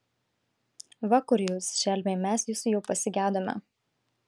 va kur jūs šelmiai mes jūsų jau pasigedome